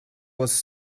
was